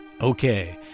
Okay